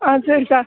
ஆ சரி சார்